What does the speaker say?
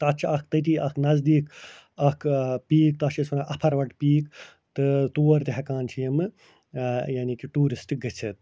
تتھ چھِ اکھ تٔتی اکھ نٔزدیٖک اکھ پیٖک تتھ چھِ أسۍ وَنان اتھروَٹ پیٖک تہٕ تور تہِ ہٮ۪کان چھِ یِمہٕ یعنی کہِ ٹیٛوٗرسٹہٕ گٔژھِتھ